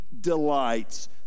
delights